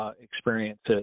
experiences